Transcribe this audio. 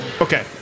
Okay